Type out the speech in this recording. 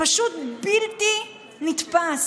פשוט בלתי נתפס.